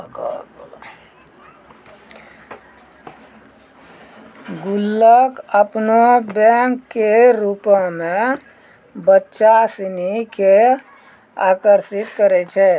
गुल्लक अपनो बैंको के रुपो मे बच्चा सिनी के आकर्षित करै छै